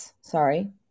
sorry